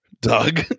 Doug